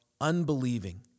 unbelieving